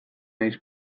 nahiz